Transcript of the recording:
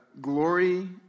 glory